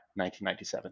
1997